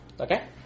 okay